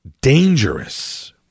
dangerous